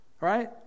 right